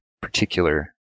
particular